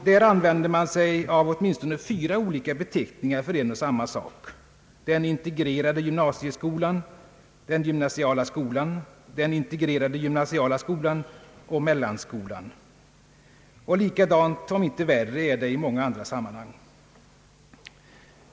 Där används åtminstone fyra olika beteckningar för en och samma sak — den integrerade gymnasieskolan, den gymnasiala skolan, den inte grerade gymnasiala skolan och mellanskolan. Likadant om inte värre är det i många andra sammanhang.